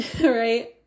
right